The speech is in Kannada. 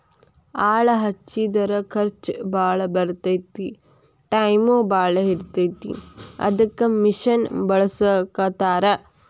ಆಳ ಹಚ್ಚಿದರ ಖರ್ಚ ಬಾಳ ಬರತತಿ ಟಾಯಮು ಬಾಳ ಹಿಡಿತತಿ ಅದಕ್ಕ ಮಿಷನ್ ಬಳಸಾಕತ್ತಾರ